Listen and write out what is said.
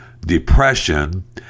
depression